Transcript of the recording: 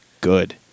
Good